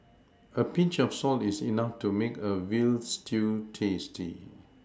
a Pinch of salt is enough to make a veal stew tasty